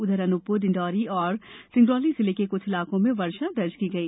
उधर अनुपपुर सिंगरौली और डिण्डौरी जिले के कुछ इलाकों में वर्षा दर्ज की गई